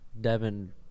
devin